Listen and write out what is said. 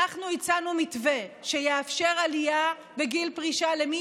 אנחנו הצענו מתווה שיאפשר עליה בגיל הפרישה למי